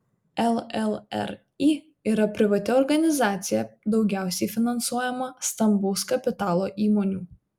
llri yra privati organizacija daugiausiai finansuojama stambaus kapitalo įmonių